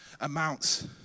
amounts